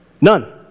None